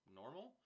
normal